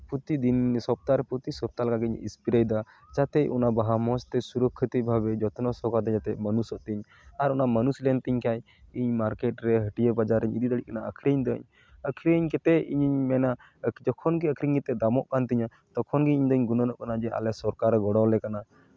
ᱯᱨᱚᱛᱤᱫᱤᱱ ᱥᱚᱯᱛᱟᱦᱚᱨᱮ ᱯᱨᱚᱛᱤ ᱥᱚᱯᱛᱟᱦᱚᱸ ᱞᱮᱠᱟ ᱜᱤᱧ ᱥᱯᱨᱮᱭᱮᱫᱟ ᱡᱟᱛᱮ ᱚᱱᱟ ᱵᱟᱦᱟ ᱢᱚᱡᱽ ᱛᱮ ᱥᱩᱨᱚᱠᱠᱷᱤᱛᱚ ᱵᱷᱟᱵᱮ ᱡᱚᱛᱱᱚ ᱥᱚᱦᱚᱠᱟᱨᱮ ᱢᱟᱱᱩᱥᱚᱜ ᱛᱤᱧ ᱟᱨ ᱚᱱᱟ ᱢᱟᱱᱩᱥ ᱞᱮᱱᱛᱤᱧ ᱠᱷᱟᱱ ᱤᱧ ᱢᱟᱨᱠᱮᱴ ᱨᱮ ᱦᱟᱹᱴᱭᱟᱹ ᱵᱟᱡᱟᱨᱤᱧ ᱤᱫᱤ ᱫᱟᱲᱮᱭᱟᱜ ᱠᱟᱱᱟ ᱟᱹᱠᱷᱨᱤᱧ ᱮᱫᱟᱹᱧ ᱟᱹᱠᱷᱨᱤᱧ ᱠᱟᱛᱮᱫ ᱤᱧᱤᱧ ᱢᱮᱱᱟ ᱡᱚᱠᱷᱚᱱ ᱜᱮ ᱟᱹᱠᱷᱨᱤᱧ ᱠᱟᱛᱮᱫ ᱫᱟᱢᱚᱜ ᱠᱟᱱ ᱛᱤᱧᱟᱹ ᱛᱚᱠᱷᱚᱱ ᱜᱮ ᱤᱧ ᱫᱩᱧ ᱜᱩᱱᱟᱹᱱᱚᱜ ᱠᱟᱱᱟ ᱡᱮ ᱟᱞᱮ ᱥᱚᱨᱠᱟᱨᱮ ᱜᱚᱲᱚ ᱟᱞᱮ ᱠᱟᱱᱟ